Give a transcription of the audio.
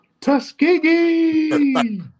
Tuskegee